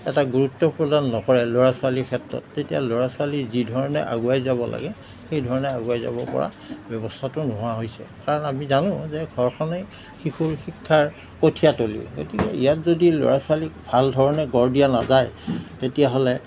এটা গুৰুত্বপূৰ্ণ নকৰে ল'ৰা ছোৱালীৰ ক্ষেত্ৰত তেতিয়া ল'ৰা ছোৱালী যিধৰণে আগুৱাই যাব লাগে সেইধৰণে আগুৱাই যাব পৰা ব্যৱস্থাটো নোহোৱা হৈছে কাৰণ আমি জানো যে ঘৰখনেই শিশুৰ শিক্ষাৰ কঠীয়াতলী গতিকে ইয়াত যদি ল'ৰা ছোৱালীক ভালধৰণে গঢ় দিয়া নাযায় তেতিয়াহ'লে